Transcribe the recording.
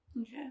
Okay